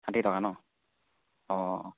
ষাঠি টকা ন অঁ